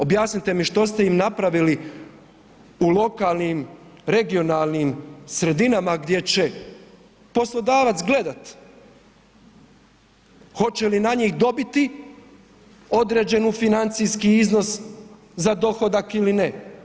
Objasnite mi što ste im napravili u lokalnim, regionalnim sredinama gdje će poslodavac gledati hoće li na njih dobiti određenu financijski iznos za dohodak ili ne.